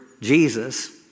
Jesus